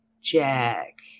Jack